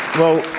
well,